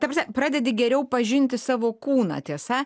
ta prasme pradedi geriau pažinti savo kūną tiesa